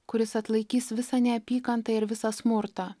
kuris atlaikys visą neapykantą ir visą smurtą